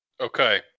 Okay